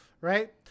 right